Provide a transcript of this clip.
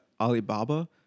Alibaba